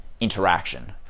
interaction